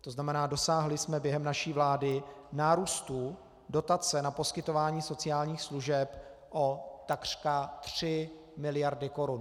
To znamená, dosáhli jsme během naší vlády nárůstu dotace na poskytování sociálních služeb o takřka 3 mld. korun.